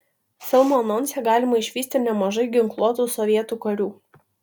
filmo anonse galima išvysti nemažai ginkluotų sovietų karių